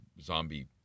zombie